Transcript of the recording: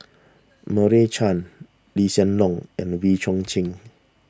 Meira Chand Lee Hsien Loong and Wee Chong Jin